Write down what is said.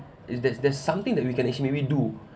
is that there's something that we can actually make me do